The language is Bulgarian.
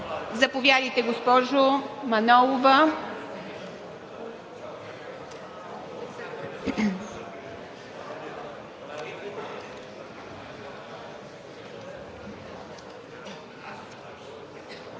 Заповядайте, госпожо Манолова.